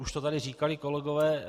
Už to tady říkali kolegové.